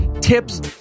tips